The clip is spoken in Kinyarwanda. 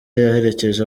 yaherekeje